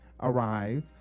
arrives